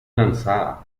lanzada